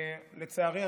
לצערי,